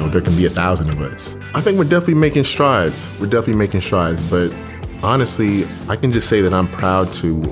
ah can be a thousand words. i think with duffy making strides with duffy making strides. but honestly i can just say that i'm proud to